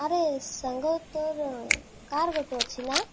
ଆରେ ସାଙ୍ଗ ତୋର କାର୍ ଗୋଟେ ଅଛି ନା